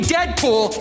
Deadpool